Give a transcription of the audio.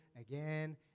again